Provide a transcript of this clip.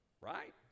Right